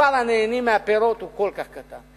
מספר הנהנים מהפירות הוא כל כך קטן.